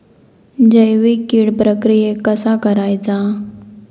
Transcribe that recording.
जैविक कीड प्रक्रियेक कसा करायचा?